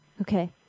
Okay